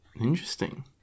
Interesting